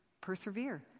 Persevere